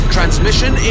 Transmission